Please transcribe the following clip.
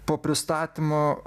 po pristatymo